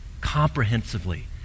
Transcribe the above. Comprehensively